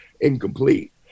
incomplete